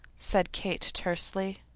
said kate tersely.